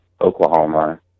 Oklahoma